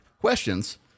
questions